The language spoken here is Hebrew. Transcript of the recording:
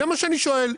זה מה שאני שואל.